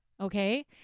Okay